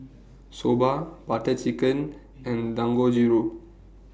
Soba Butter Chicken and Dangojiru